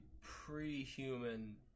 pre-human